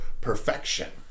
perfection